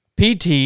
PT